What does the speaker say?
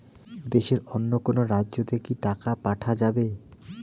দেশের অন্য কোনো রাজ্য তে কি টাকা পাঠা যাবে?